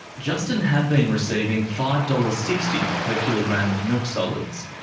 justin had been receiving five dollars. sixty per kilogram of milk solids.